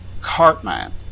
Cartman